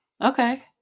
okay